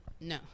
No